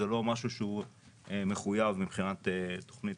זה לא משהו שהוא מחויב מבחינת תוכנית